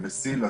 ב"מסילה",